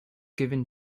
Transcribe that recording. given